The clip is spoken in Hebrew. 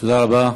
תודה רבה.